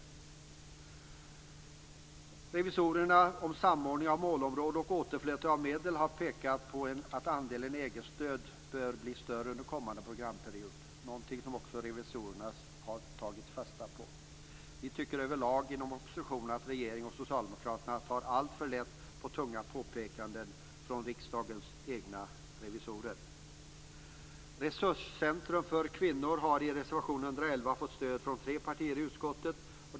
I reservationerna om samordning om målområden och återflöde av medel har det pekats på att andelen EG-stöd bör bli större under kommande programperiod. Detta är någonting som också revisorerna har tagit fasta på. Vi tycker över lag inom oppositionen att regeringen och Socialdemokraterna tar alltför lätt på tunga påpekanden från riksdagen egna revisorer. fått stöd från tre partier i utskottet.